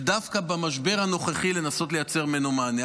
ודווקא במשבר הנוכחי לנסות לייצר ממנו מענה.